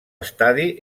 estadi